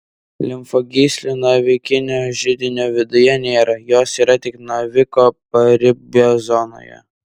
limfagyslių navikinio židinio viduje nėra jos yra tik naviko paribio zonoje